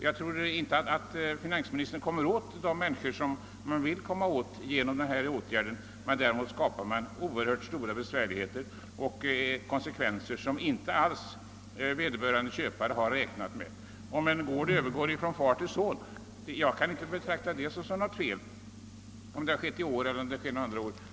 Jag tror inte att finansministern kommer åt de människor som han vill komma åt genom denna åtgärd, men däremot uppstår stora besvärligheter och konsekvenser, som vederbörande köpare inte alls räknat med. Om en gård övergår från far till son kan det inte betraktas som något fel vare sig om överlåtandet sker i år eller något annat år.